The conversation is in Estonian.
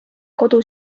kodu